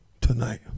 tonight